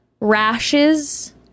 rashes